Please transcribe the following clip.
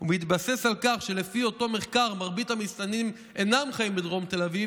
ובהתבסס על כך שלפי אותו מחקר מרבית המסתננים אינם חיים בדרום תל אביב,